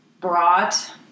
brought